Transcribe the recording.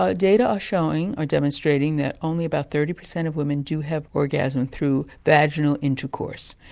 ah data are showing or demonstrating that only about thirty percent of women do have orgasm through vaginal intercourse.